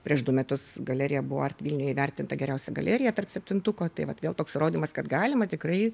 prieš du metus galerija buvo art vilniuj įvertinta geriausia galerija tarp septintuko tai vat vėl toks įrodymas kad galima tikrai